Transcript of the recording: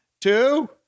two